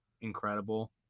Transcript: incredible